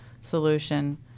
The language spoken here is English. solution